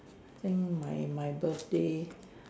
think my birthday